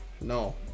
No